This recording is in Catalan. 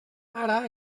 ara